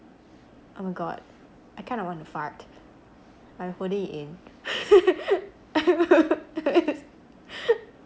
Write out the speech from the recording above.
oh my god I kinda want to fart I'm holding it in